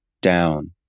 down